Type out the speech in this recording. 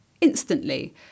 instantly